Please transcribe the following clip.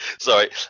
sorry